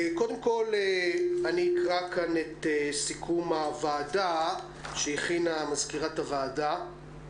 קודם כול אקרא כאן את סיכום הוועדה שהכינה מזכירת הוועדה.